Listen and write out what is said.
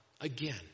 Again